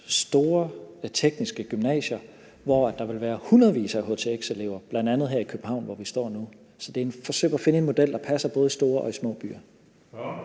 store tekniske gymnasier, hvor der vil være hundredvis af htx-elever, bl.a. her i København, hvor vi står nu. Så det er et forsøg på at finde en model, som passer både i store og i små byer.